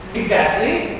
exactly.